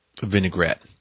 vinaigrette